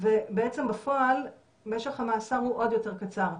ובעצם בפועל משך המאסר הוא עוד יותר קצר.